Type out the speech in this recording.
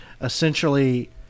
essentially